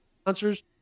Sponsors